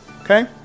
okay